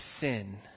sin